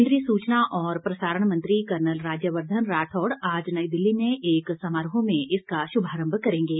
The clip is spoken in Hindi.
केन्द्रीय सूचना और प्रसारण मंत्री कर्नल राज्यवर्धन राठौड़ आज नई दिल्ली में एक समारोह में इसका शुभारंभ करेंगे